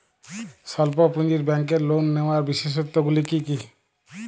স্বল্প পুঁজির ব্যাংকের লোন নেওয়ার বিশেষত্বগুলি কী কী?